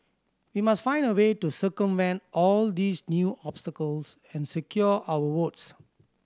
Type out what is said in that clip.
we must find a way to circumvent all these new obstacles and secure our votes